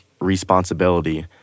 responsibility